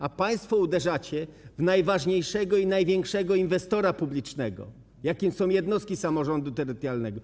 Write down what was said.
A państwo uderzacie w najważniejszego i największego inwestora publicznego, jakim są jednostki samorządu terytorialnego.